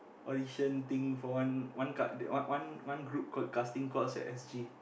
audition for one card one one group called casting calls at s_g